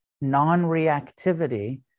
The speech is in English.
non-reactivity